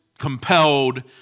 compelled